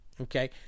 okay